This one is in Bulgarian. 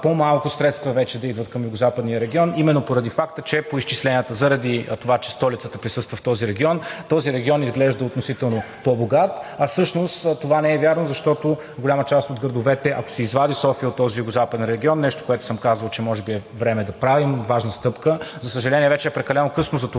по-малко средства вече да идват към Югозападния регион. Именно заради това, че столицата присъства в този регион, той изглежда относително по богат, а всъщност това не е вярно. Голяма част от градовете, ако се извади София от този Югозападен регион – нещо, което съм казвал, че може би е време да направим, важна стъпка – за съжаление, вече е прекалено късно за това